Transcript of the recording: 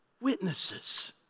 witnesses